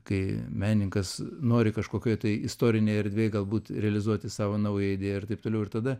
kai menininkas nori kažkokioj tai istorinėj erdvėj galbūt realizuoti savo naują idėją ir taip toliau ir tada